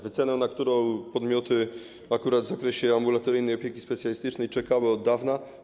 Wycena, na którą podmioty akurat w zakresie ambulatoryjnej opieki specjalistycznej czekały od dawna.